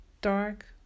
dark